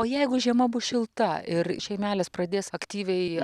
o jeigu žiema bus šilta ir šeimelės pradės aktyviai